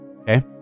Okay